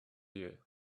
you